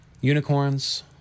unicorns